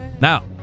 Now